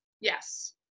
Yes